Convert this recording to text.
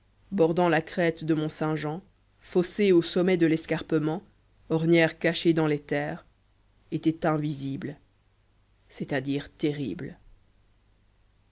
bordant la crête de mont-saint-jean fossé au sommet de les carpement ornière cachée dans les terres était invisible c'est-à-dire terrible